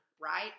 right